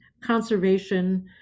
conservation